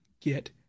get